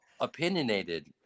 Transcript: opinionated